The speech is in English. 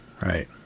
right